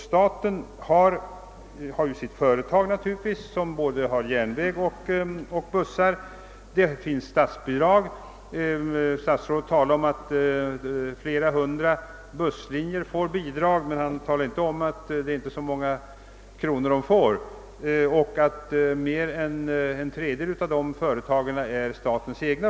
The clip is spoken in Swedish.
Staten har sitt företag som förfogar över både järnväg och bussar. Statsbidrag utgår till dem. Statsrådet talar om att flera hundra busslinjer får bidrag, men han talade inte om att det inte är så många kronor de får. Mer än en tredjedel av dessa företag är statens egna.